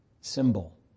Symbol